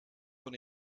von